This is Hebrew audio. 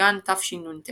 רמת-גן תשנ"ט